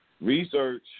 Research